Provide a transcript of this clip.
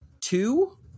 two